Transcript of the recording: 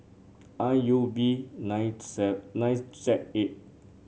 I U V nine Z eight